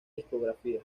discografía